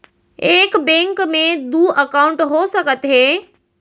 एक बैंक में दू एकाउंट हो सकत हे?